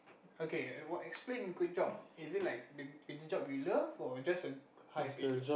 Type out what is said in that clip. okay err explain good job is it like the job you love or just a high pay job